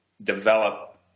develop